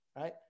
Right